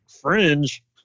fringe